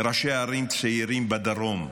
ראשי ערים צעירים בדרום,